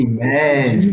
Amen